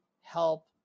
help